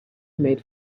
made